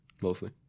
mostly